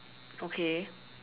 okay